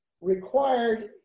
required